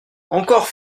encore